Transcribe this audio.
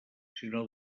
sinó